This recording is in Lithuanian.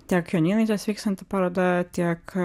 tiek jonynaitės vykstanti paroda tiek